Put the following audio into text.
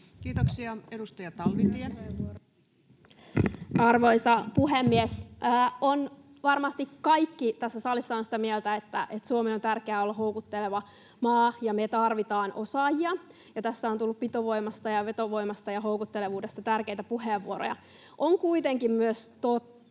Kiitoksia. — Edustaja Talvitie. Arvoisa puhemies! Varmasti kaikki tässä salissa ovat sitä mieltä, että Suomen on tärkeää olla houkutteleva maa ja me tarvitaan osaajia. Tässä on tullut pitovoimasta ja vetovoimasta ja houkuttelevuudesta tärkeitä puheenvuoroja. On kuitenkin tärkeää